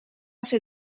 ser